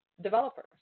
developers